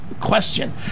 question